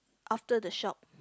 after the shop